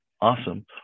Awesome